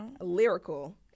lyrical